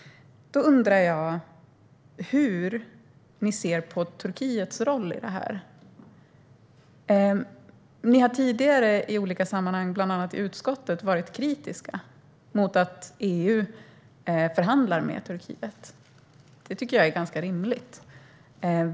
Då undrar jag hur ni ser på Turkiets roll i det här. Ni har tidigare i olika sammanhang, bland annat i utskottet, varit kritiska mot att EU förhandlar med Turkiet. Det tycker jag är ganska rimligt.